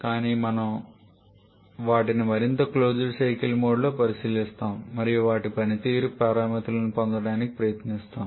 కానీ మనము వాటిని మరింత క్లోజ్డ్ సైకిల్ మోడ్లో పరిశీలిస్తాము మరియు వాటి పనితీరు పారామితులను పొందడానికి ప్రయత్నిస్తాము